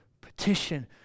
petition